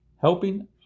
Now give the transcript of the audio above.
Helping